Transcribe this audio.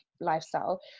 lifestyle